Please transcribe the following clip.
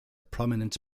prominent